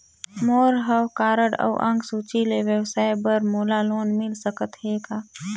मोर हव कारड अउ अंक सूची ले व्यवसाय बर मोला लोन मिल सकत हे का?